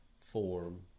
form